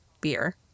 beer